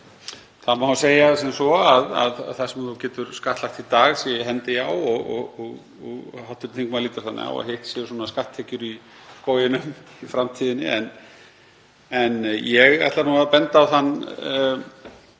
Það má segja sem svo að það sem þú getur skattlagt í dag sé í hendi, já, og hv. þingmaður lítur þannig á að hitt séu skatttekjur í skóginum, í framtíðinni. En ég ætla að benda á þann